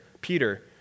Peter